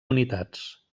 unitats